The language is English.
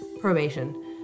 probation